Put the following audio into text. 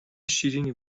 شیریننی